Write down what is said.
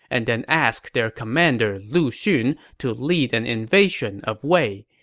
and then ask their commander lu xun to lead an invasion of wei.